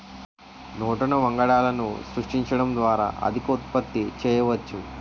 నూతన వంగడాలను సృష్టించడం ద్వారా అధిక ఉత్పత్తి చేయవచ్చు